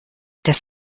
das